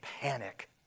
panic